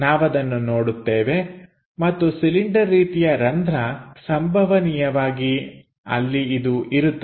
ನಾವದನ್ನು ನೋಡುತ್ತೇವೆ ಮತ್ತು ಸಿಲಿಂಡರ್ ರೀತಿಯ ರಂಧ್ರ ಸಂಭವನೀಯವಾಗಿ ಅಲ್ಲಿ ಇದು ಇರುತ್ತದೆ